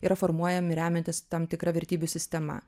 yra formuojami remiantis tam tikra vertybių sistema